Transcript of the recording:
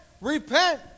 repent